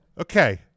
okay